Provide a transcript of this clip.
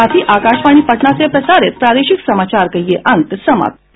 इसके साथ ही आकाशवाणी पटना से प्रसारित प्रादेशिक समाचार का ये अंक समाप्त हुआ